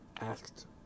asked